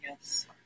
Yes